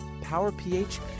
Power-PH